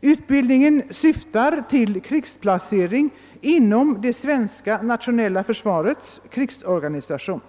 utbildningen syftar till krigsplacering inom det svenska nationella försvarets krigsorganisation.